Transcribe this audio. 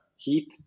heat